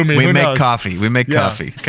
i mean we make coffee, we make coffee, okay?